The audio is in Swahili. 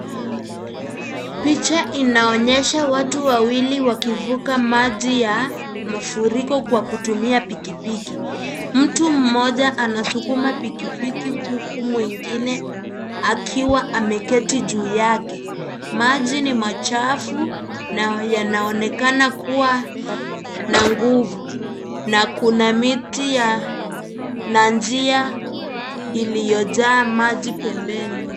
Picha inaonyesha watu wawili wakivuka maji ya mafuriko kwa kutumia pikipiki. Mtu mmoja anasukuma pikipiki huku mwengine akiwa ameketi juu yake. Maji ni machafu na yanaonekana kuwa na nguvu na kuna miti na njia iliyojaa maji pembeni.